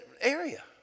area